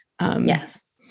Yes